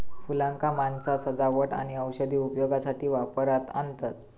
फुलांका माणसा सजावट आणि औषधी उपयोगासाठी वापरात आणतत